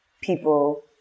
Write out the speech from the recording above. people